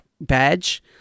badge